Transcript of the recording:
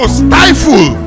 stifle